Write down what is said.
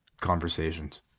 conversations